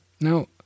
Now